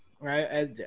right